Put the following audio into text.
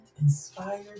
inspired